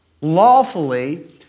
lawfully